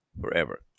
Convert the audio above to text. forever